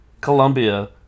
Colombia